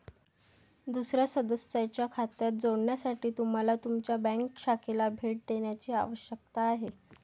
दुसर्या सदस्याच्या खात्यात जोडण्यासाठी तुम्हाला तुमच्या बँक शाखेला भेट देण्याची आवश्यकता आहे